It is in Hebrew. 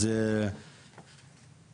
אתם